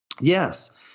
yes